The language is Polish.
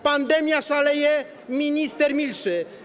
Pandemia szaleje, minister milczy.